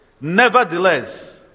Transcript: Nevertheless